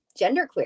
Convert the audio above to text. genderqueer